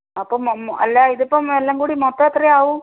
അപ്പം അല്ലാ ഇതിപ്പം എല്ലം കൂടി മൊത്തം എത്രയാകും